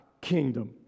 kingdom